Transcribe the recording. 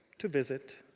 to visit.